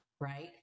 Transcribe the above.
right